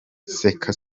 seka